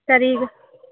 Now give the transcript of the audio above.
sir ಈಗ